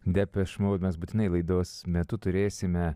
depeš mod mes būtinai laidos metu turėsime